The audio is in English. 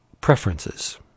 Preferences